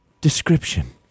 Description